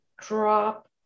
drop